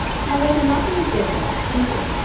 however, nothing is ever that simple.